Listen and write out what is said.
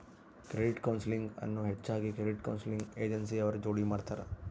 credit counselling ಅನ್ನು ಹೆಚ್ಚಾಗಿ credit counselling agency ಅವ್ರ ಜೋಡಿ ಮಾಡ್ತರ